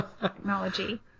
technology